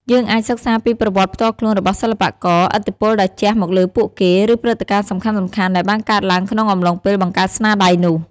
យើងអាចសិក្សាពីប្រវត្តិផ្ទាល់ខ្លួនរបស់សិល្បករ ឥទ្ធិពលដែលជះមកលើពួកគេ ឬព្រឹត្តិការណ៍សំខាន់ៗដែលបានកើតឡើងក្នុងអំឡុងពេលបង្កើតស្នាដៃនោះ។